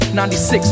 96